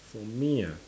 for me ah